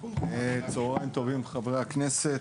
צוהריים טובים חברי הכנסת.